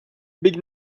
big